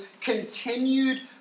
continued